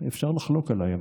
אפשר לחלוק עליי.